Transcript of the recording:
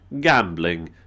gambling